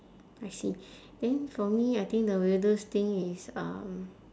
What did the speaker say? I see then for me I think the weirdest thing is um